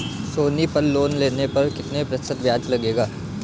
सोनी पल लोन लेने पर कितने प्रतिशत ब्याज लगेगा?